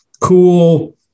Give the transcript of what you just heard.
cool